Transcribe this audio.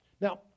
Now